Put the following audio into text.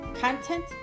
content